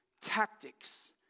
tactics